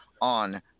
on